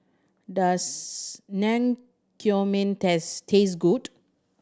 does Naengmyeon taste taste good